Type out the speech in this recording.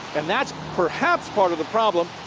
and that's perhaps part of the problem.